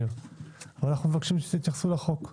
אנו מבקשים שתתייחסו לחוק והערות.